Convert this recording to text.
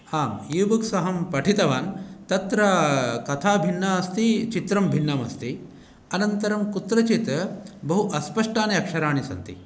आम् ईबुक्स् अहं पठितवान् तत्र कथा भिन्ना अस्ति चित्रं भिन्नम् अस्ति अनन्तरं कुत्रचित् बहु अस्पष्टानि अक्षराणि सन्ति